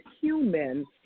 human